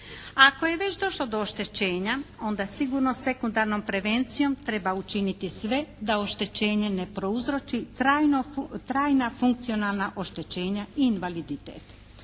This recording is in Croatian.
ako je već došlo do oštećenja onda sigurno sekundarnom prevencijom treba učiniti sve da oštećenje ne prouzroči trajna funkcionalna oštećenja i invaliditet.